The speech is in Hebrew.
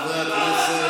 חברי הכנסת,